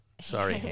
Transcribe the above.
Sorry